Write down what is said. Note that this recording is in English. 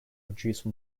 reduce